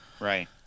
right